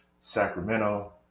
Sacramento